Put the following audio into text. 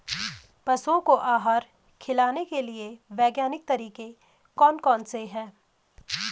पशुओं को आहार खिलाने के लिए वैज्ञानिक तरीके कौन कौन से हैं?